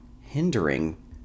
hindering